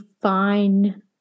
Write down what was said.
fine